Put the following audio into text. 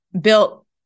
built